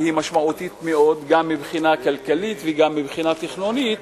והיא משמעותית מאוד גם מבחינה כלכלית וגם מבחינה תכנונית,